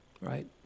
right